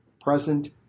present